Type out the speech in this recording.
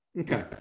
Okay